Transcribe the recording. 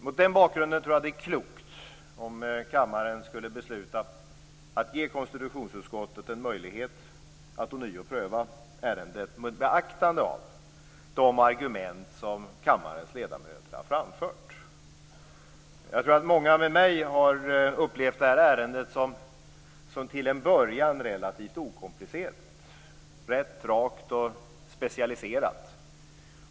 Mot den bakgrunden tror jag att det vore klokt av kammaren att besluta att ge konstitutionsutskottet en möjlighet att ånyo pröva ärendet, med beaktande av de argument som kammarens ledamöter har framfört. Jag tror att många med mig till en början har upplevt det här ärendet som relativt okomplicerat, rätt rakt och specialiserat.